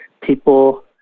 people